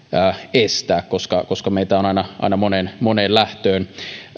estää väärinkäytöstapauksia yksityishenkilön kohdalla koska meitä on aina aina moneen moneen lähtöön